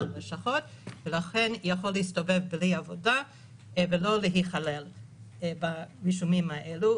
הלשכות ולכן יכול להסתובב בלי עבודה ולא להיכלל ברישומים האלה.